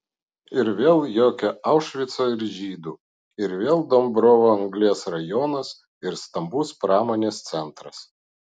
ir vėl jokio aušvico ir žydų ir vėl dombrovo anglies rajonas ir stambus pramonės centras